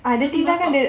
bus stop